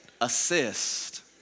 Assist